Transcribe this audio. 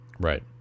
right